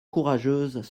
courageuses